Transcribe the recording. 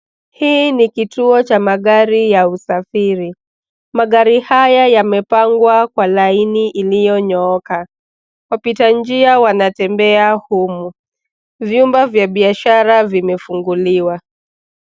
Hii ni kituo cha magari ya usafiri, magari haya yamepangwa kwa laini ilionyoka, wapitanjia wanatembea humu, vyumba vya biashara vimefunguliwa.